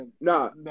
No